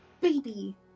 Baby